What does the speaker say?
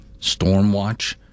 Stormwatch